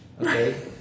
okay